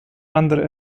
andere